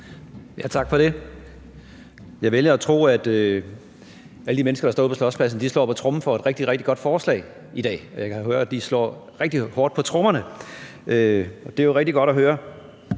Tak for det. Jeg vælger at tro, at alle de mennesker, der står ude på Slotspladsen, slår på tromme for et rigtig, rigtig godt forslag i dag. Jeg kan høre, at de slår rigtig hårdt på trommerne. Det er jo rigtig godt at høre.